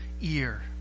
ear